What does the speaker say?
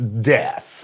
death